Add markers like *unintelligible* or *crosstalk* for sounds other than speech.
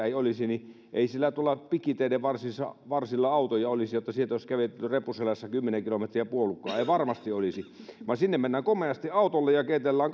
*unintelligible* ei olisi niin ei tuolla pikiteiden varsilla varsilla autoja olisi jotta sieltä voisi kävellä reppu selässä kymmenen kilometriä puolukkaan ei varmasti olisi vaan sinne mennään komeasti autolla keitellään *unintelligible*